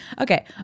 Okay